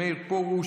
מאיר פרוש,